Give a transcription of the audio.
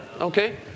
Okay